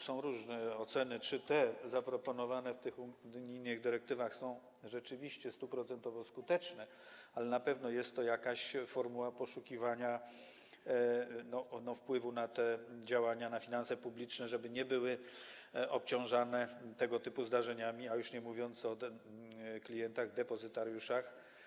Są różne oceny co do tego, czy te zaproponowane w tych unijnych dyrektywach są rzeczywiście 100-procentowo skuteczne, ale na pewno jest to jakaś forma poszukiwania wpływu na te działania, na finanse publiczne, żeby nie były obciążane tego typu zdarzeniami, już nie mówiąc o klientach, depozytariuszach.